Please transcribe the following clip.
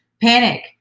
Panic